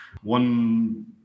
one